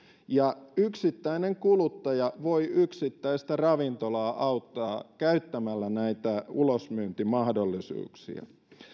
ja yksittäinen kuluttaja voi yksittäistä ravintolaa auttaa käyttämällä näitä ulosmyyntimahdollisuuksia